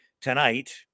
tonight